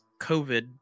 covid